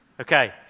Okay